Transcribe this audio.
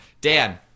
Dan